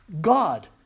God